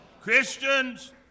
Christians